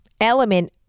element